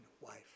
wife